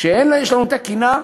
כשיש לנו את הקנאה,